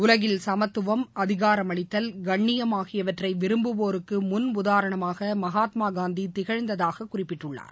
உலகில் சமத்துவம் அதிகாரமளித்தல் கண்ணியம் ஆகியவற்றை விரும்புவோருக்கு முன்உதாரணமாக மகாத்மாகாந்தி திகழ்ந்ததாக குறிப்பிட்டுள்ளார்